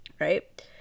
Right